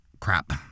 Crap